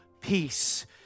peace